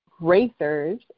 racers